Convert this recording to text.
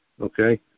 okay